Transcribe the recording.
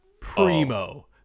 primo